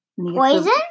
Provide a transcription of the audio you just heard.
Poison